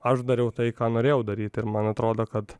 aš dariau tai ką norėjau daryt ir man atrodo kad